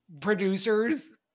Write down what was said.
Producers